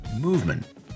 movement